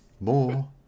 More